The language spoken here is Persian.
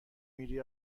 میری